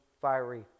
fiery